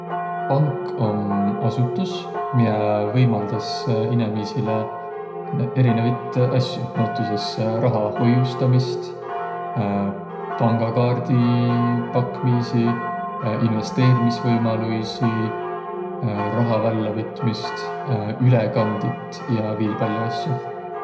Pank om asutus, miä võimaldas inemiisile erinevit asjo. Näütüses raha hoiustamist, pangakaardi pakmiisi, investiirmisvõimaluisi, raha vällä võtmist, ülekandit ja viil pall'o asjo.